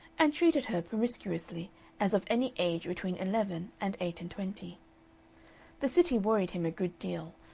and treated her promiscuously as of any age between eleven and eight-and-twenty. the city worried him a good deal,